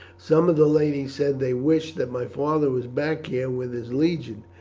some of the ladies said they wish that my father was back here with his legion,